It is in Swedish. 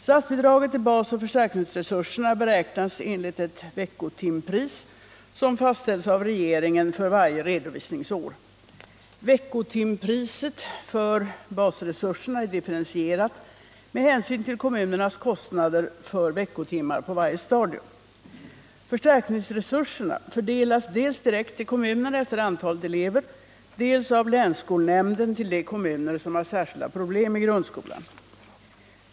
Statsbidraget till basoch förstärkningsresurserna beräknas enligt ett veckotimpris som fastställs av regeringen för varje redovisningsår. Veckotimpriset för basresurserna är differentierat med hänsyn till kommunernas kostnader för veckotimmar på varje stadium. Förstärkningsresurserna fördelas dels direkt till kommunerna efter antalet elever, dels av länsskolnämnden till de kommuner som har särskilda problem i grundskolan.